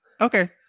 Okay